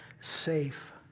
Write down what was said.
safe